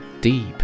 deep